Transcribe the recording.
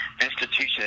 institution